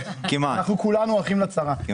כולנו אחים לצרה.